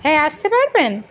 হ্যাঁ আসতে পারবেন